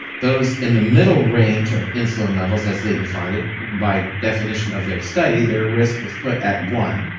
those in the middle range of insulin levels as they defined it by definition of their study, their risk was put at one,